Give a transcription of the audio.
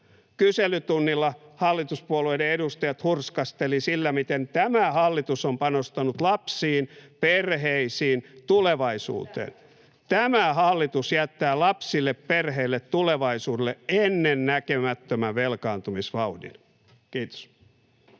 Kyselytunnilla hallituspuolueiden edustajat hurskastelivat sillä, miten tämä hallitus on panostanut lapsiin, perheisiin, tulevaisuuteen. Tämä hallitus jättää lapsille, perheille, tulevaisuudelle ennennäkemättömän velkaantumisvauhdin. — Kiitos.